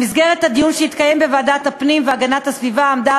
במסגרת הדיון שהתקיים בוועדת הפנים והגנת הסביבה עמדה